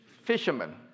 Fishermen